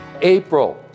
April